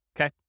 okay